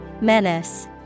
Menace